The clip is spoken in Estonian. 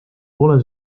pole